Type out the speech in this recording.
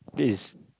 that is